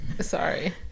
Sorry